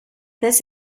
this